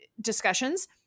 discussions